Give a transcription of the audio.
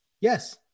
Yes